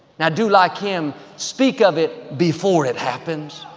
now, do like him, speak of it before it happens.